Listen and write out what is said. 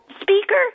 speaker